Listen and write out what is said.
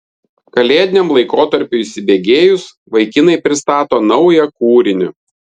kalėdiniam laikotarpiui įsibėgėjus vaikinai pristato naują kūrinį